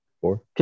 Four